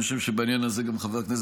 אני חושב שבעניין הזה גם חבר הכנסת